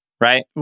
right